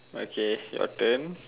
okay your turn